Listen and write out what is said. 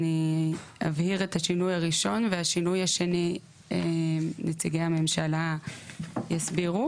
אני אבהיר את השינוי הראשון והשינוי השני נציגי הממשלה יסבירו.